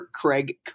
Craig